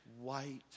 white